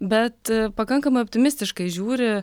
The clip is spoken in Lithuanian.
bet pakankamai optimistiškai žiūri